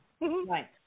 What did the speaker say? Right